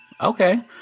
Okay